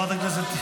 בבקשה,